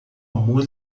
amor